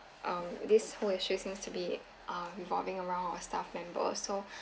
um this whole issue seems to be uh revolving around our staff member so